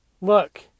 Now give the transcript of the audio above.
look